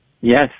Yes